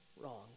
wrong